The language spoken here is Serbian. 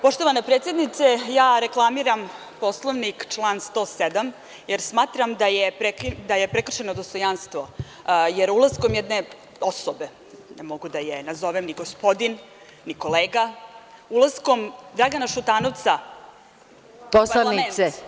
Poštovana predsednice, ja reklamiram Poslovnik član 107, jer smatram da je prekršeno dostojanstvo, jer ulaskom jedne osobe, ne mogu da je nazovem ni gospodin, ni kolega, ulaskom Dragana Šutanovca u parlament…